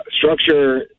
Structure